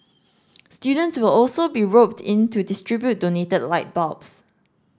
students will also be roped in to distribute donated light bulbs